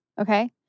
Okay